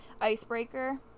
icebreaker